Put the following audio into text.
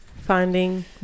finding